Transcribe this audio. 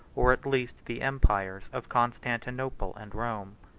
or at least the empires, of constantinople and rome.